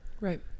Right